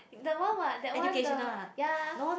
that one what that one the ya